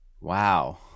Wow